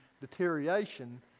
deterioration